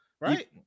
Right